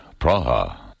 Praha